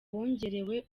bongerewe